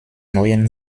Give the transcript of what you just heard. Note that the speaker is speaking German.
neuen